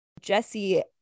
Jesse